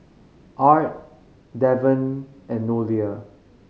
Art Deven and Nolia